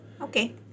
Okay